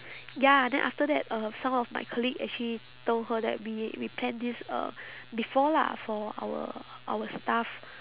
ya then after that um some of my colleague actually told her that we we planned this uh before lah for our our staff